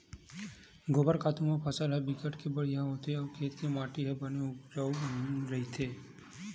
गोबर खातू म फसल ह बिकट के बड़िहा होथे अउ खेत के माटी ह बने उपजउ रहिथे